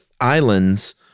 Island's